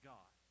God